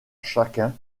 chacun